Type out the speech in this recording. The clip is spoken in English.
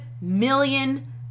million